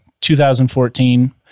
2014